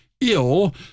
ill